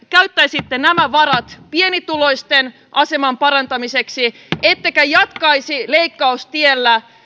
käyttäisitte nämä varat pienituloisten aseman parantamiseksi ettekä jatkaisi leikkaustiellä